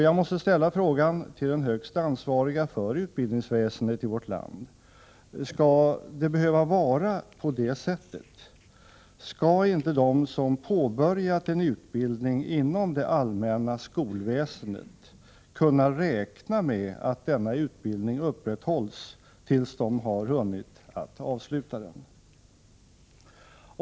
Jag måste ställa frågan till den högst ansvariga för utbildningsväsendet i vårt land: Skall det behöva vara på detta sätt? Skall inte de som påbörjat en utbildning inom det allmänna skolväsendet kunna räkna med att utbildningen upprätthålls tills de har hunnit avsluta den?